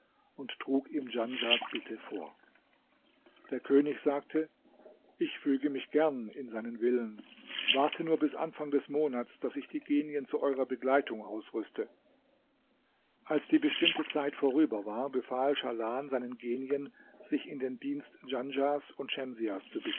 und trug ihm djanschahs bitte vor der könig sagte ich füge mich gern in seinen willen wartet nur bis zu anfang des monats daß ich die genien zu eurer begleitung ausrüste als die bestimmte zeit vorüber war befahl schahlan seinen genien sich in den dienst djanschahs und